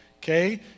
okay